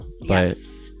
Yes